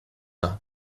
her